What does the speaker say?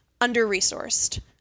under-resourced